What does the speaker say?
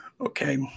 Okay